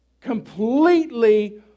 completely